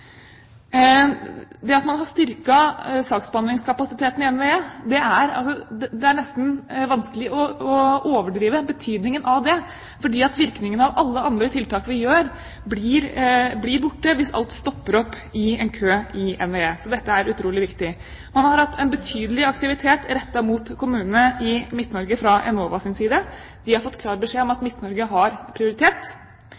Det at man har styrket saksbehandlingskapasiteten i NVE, er nesten vanskelig å overdrive betydningen av, for virkningene av alle andre tiltak vi gjør, blir borte hvis alt stopper opp i en kø i NVE. Så dette er utrolig viktig. Man har hatt en betydelig aktivitet rettet mot kommunene i Midt-Norge, fra Enovas side. De har fått klar beskjed om at